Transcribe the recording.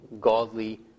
godly